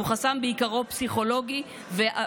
שהוא חסם פסיכולוגי בעיקרו,